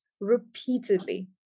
repeatedly